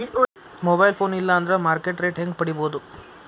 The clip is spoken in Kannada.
ಮೊಬೈಲ್ ಫೋನ್ ಇಲ್ಲಾ ಅಂದ್ರ ಮಾರ್ಕೆಟ್ ರೇಟ್ ಹೆಂಗ್ ಪಡಿಬೋದು?